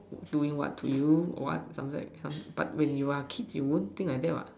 doing what to you some something like but when you are kids you won't think like that what